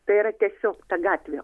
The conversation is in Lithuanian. tai yra tiesiog tą gatvę